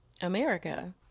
America